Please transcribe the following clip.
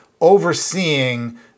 overseeing